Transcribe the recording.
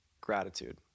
gratitude